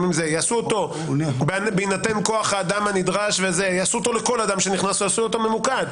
יעשו אותו בהינתן כוח האדם הנדרש לכל אדם שנכנס או יעשו אותו ממוקד.